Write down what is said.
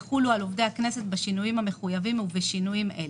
יחולו על עובדי הכנסת בשינויים המחויבים ובשינויים אלה.